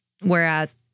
whereas